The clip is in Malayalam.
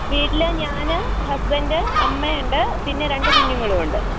വീട്ടിൽ ഞാൻ ഹസ്ബൻഡ് അമ്മയുണ്ട് പിന്നെ രണ്ടു കുഞ്ഞുങ്ങളുമുണ്ട്